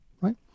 right